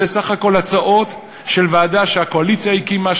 זה סך הכול הצעות של ועדה שהקואליציה הקימה,